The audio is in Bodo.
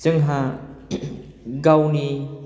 जोंहा गावनि